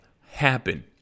happen